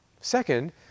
Second